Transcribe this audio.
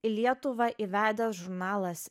į lietuvą įvedęs žurnalas